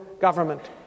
government